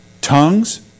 Tongues